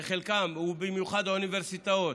ובמיוחד האוניברסיטאות,